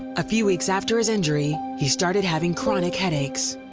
a few weeks after his injury, he started having chronic headaches.